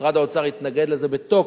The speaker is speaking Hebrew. משרד האוצר התנגד לזה בתוקף.